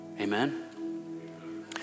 Amen